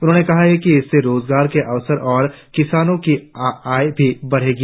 उन्होंने कहा कि इससे रोजगार के अवसर और किसानों की आय भी बढ़ेगा